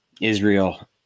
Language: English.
Israel